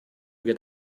get